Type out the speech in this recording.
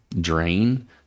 drain